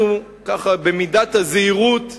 אנחנו ככה במידת הזהירות הנדרשת,